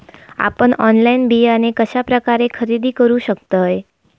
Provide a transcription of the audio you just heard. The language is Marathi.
आपन ऑनलाइन बियाणे कश्या प्रकारे खरेदी करू शकतय?